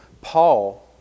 Paul